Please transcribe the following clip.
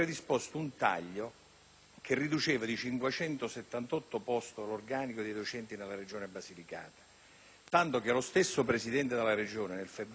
che riduceva di 578 posti l'organico dei docenti nella Regione Basilicata, tanto che lo stesso Presidente della Regione, nel febbraio 2008,